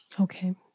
Okay